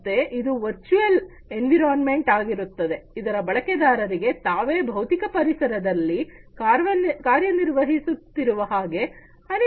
ಮತ್ತೆ ಅದು virtual environment ಆಗಿರುತ್ತದೆ ಆದರೆ ಬಳಕೆದಾರರಿಗೆ ತಾವೇ ಭೌತಿಕ ಪರಿಸರದಲ್ಲಿ ಕಾರ್ಯನಿರ್ವಹಿಸುತ್ತಿರುವ ಹಾಗೆ ಅನಿಸುತ್ತದೆ